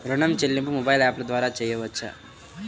ఋణం చెల్లింపు మొబైల్ యాప్ల ద్వార చేయవచ్చా?